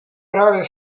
právě